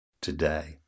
Today